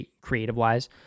creative-wise